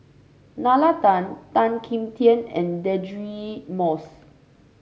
Nalla Tan Tan Kim Tian and Deirdre Moss